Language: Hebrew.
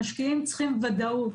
המשקיעים צריכים ודאות.